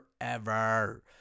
forever